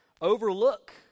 overlook